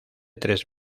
tres